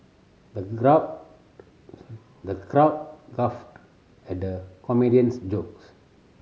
the crowd the crowd guffawed at the comedian's jokes